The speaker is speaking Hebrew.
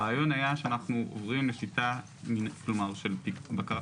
הרעיון היה שאנחנו עוברים לשיטה של בקרה.